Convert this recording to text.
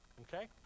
Okay